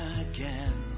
again